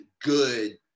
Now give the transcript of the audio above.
good